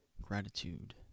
gratitude